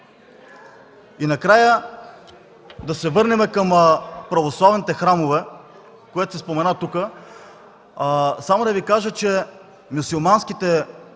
Накрая, да се върнем към православните храмове, което се спомена тук. Само да Ви кажа, че мюсюлманските храмове